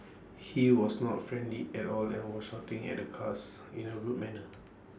he was not friendly at all and was shouting at the cars in A rude manner